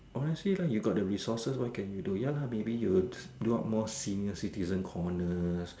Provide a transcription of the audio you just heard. honestly lah you got the resources what can you do ya lah maybe you will do out more senior citizen corners